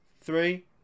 Three